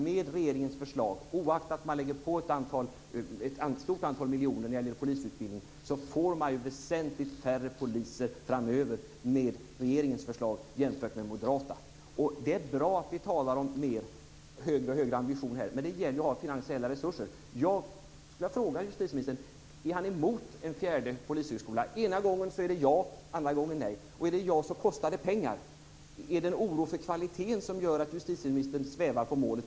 Med regeringens förslag får man, oaktat att man lägger på ett stort antal miljoner när det gäller polisutbildningen, väsentligt färre poliser framöver, jämfört med det moderata förslaget. Det är bra att vi talar om högre och högre ambitioner. Men det gäller att ha finansiella resurser. Jag skulle vilja fråga justitieministern: Är han emot en fjärde polishögskola? Ena gången är det ja, andra gången är det nej. Och är det ja, kostar det pengar. Är det en oro för kvaliteten som gör att justitieministern svävar på målet?